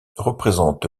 représente